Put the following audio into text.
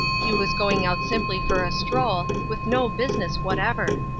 he was going out simply for a stroll, with no business whatever.